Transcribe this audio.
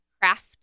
craft